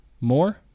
more